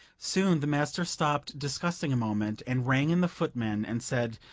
soon the master stopped discussing a moment, and rang in the footman, and said,